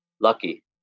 lucky